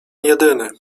jedyny